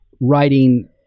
writing